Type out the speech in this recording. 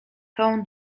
całą